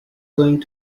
going